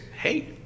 hey